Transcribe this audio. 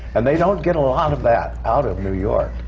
and they don't get a lot of that out of new york,